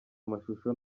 amashusho